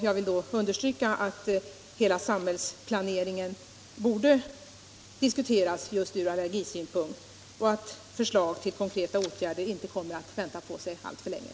Jag vill understryka att hela samhällsplaneringen borde diskuteras även ur allergisynpunkt och att jag hoppas att förslag till konkreta åtgärder inte kommer att låta vänta på sig alltför länge.